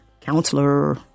counselor